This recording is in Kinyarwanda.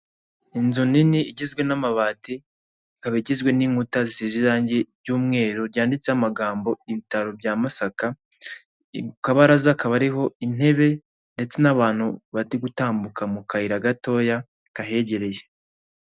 Inzu nini igizwe n'amabati ikaba igizwe n'inkuta zisize irangi ry'umweru ryanditseho amagambo ibitaro bya Masaka, akabaraza hakaba hariho intebe ndetse n'abantu bari gutambuka mu kayira gatoya kahegereye.